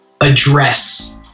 address